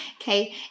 okay